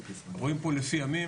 רואים פה לפי ימים,